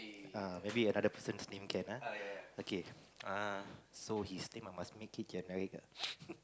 uh maybe another person's name can ah okay uh so his name I must make it generic ah